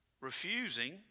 refusing